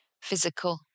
physical